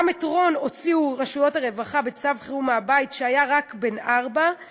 גם את רון הוציאו רשויות הרווחה בצו חירום מהבית כשהיה רק בן ארבע,